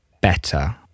better